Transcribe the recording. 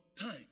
time